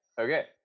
okay